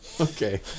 Okay